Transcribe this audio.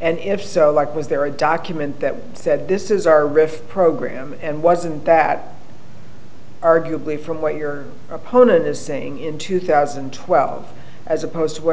and if so like was there a document that said this is our rift program and wasn't that arguably from what your opponent is saying in two thousand and twelve as opposed to what